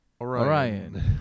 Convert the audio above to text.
Orion